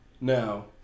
Now